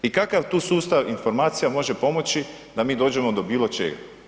I kakav tu sustav informacija može pomoći da mi dođemo do bilo čega?